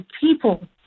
people